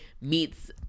meets